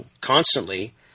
constantly